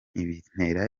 bintera